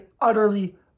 utterly